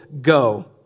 go